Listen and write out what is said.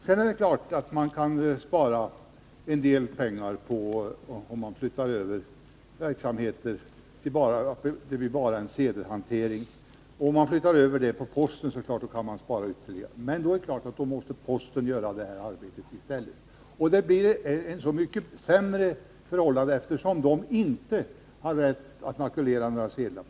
Men det är klart att man kan spara en del pengar om det bara blir fråga om en sedelhantering och man flyttar över den till posten. Men posten får då göra det här arbetet i stället, och det blir ett förhållande som blir mycket sämre, eftersom posten inte har rätt att makulera några sedlar.